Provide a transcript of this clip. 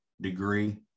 degree